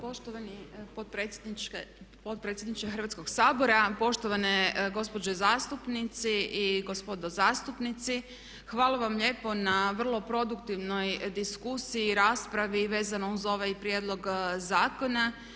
Poštovani potpredsjedniče Hrvatskog sabora, poštovane gospođe zastupnice i gospodo zastupnici hvala vam lijepo na vrlo produktivnoj diskusiju, raspravi vezano uz ovaj prijedlog zakona.